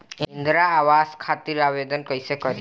इंद्रा आवास खातिर आवेदन कइसे करि?